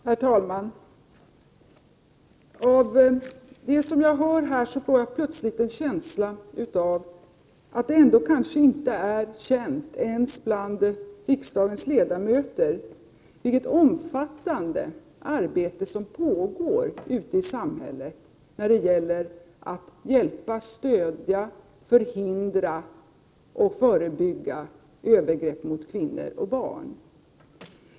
Herr talman! Av det jag hör här får jag plötsligt en känsla av att det kanske inte är känt, ens bland riksdagens ledamöter, vilket omfattande arbete som pågår ute i samhället när det gäller att hjälpa, stödja, förhindra och förebygga övergrepp mot kvinnor och barn.